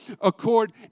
accord